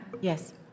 Yes